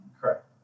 Correct